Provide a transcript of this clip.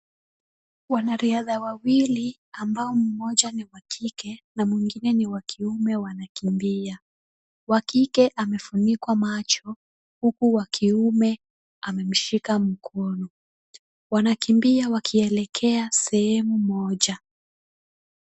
Wanariadha wawili ambao mmoja ni wa kike na mwingine ni wa kiume wanakimbia. Wa kike amefunikwa macho huku wa kiume amemshika mkono. Wanakimbia wakielekea sehemu moja.